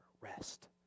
rest